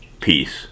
peace